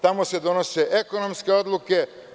Tamo se donose ekonomske odluke.